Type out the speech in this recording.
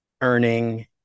earning